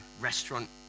restaurant